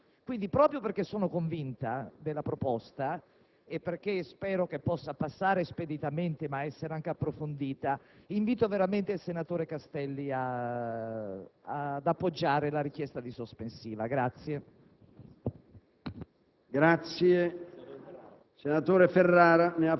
un processo culturale che probabilmente spetta a tutti noi accompagnare. Proprio perché sono convinta della proposta e spero che possa passare speditamente, ma anche con un esame approfondito, invito veramente il senatore Castelli ad appoggiare la richiesta di sospensiva.